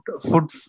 Food